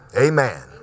Amen